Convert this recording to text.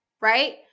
Right